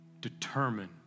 determine